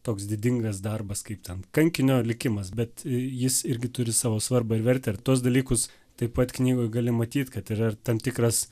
toks didingas darbas kaip ten kankinio likimas bet jis irgi turi savo svarbą ir vertę ir tuos dalykus taip pat knygoj gali matyt kad yra ir tam tikras